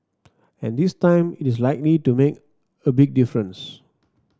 and this time it is likely to make a big difference